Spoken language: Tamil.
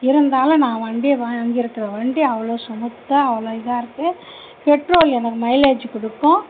இருந்தாலும் நான் வண்டி வாங்கியிருக்கிற வண்டி அவ்வளோ ஸ்மூத்தா அவ்வளோ இதாக இருக்கு பெட்ரோல் எனக்கு மைலேஜ் கொடுக்கும்